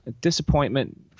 disappointment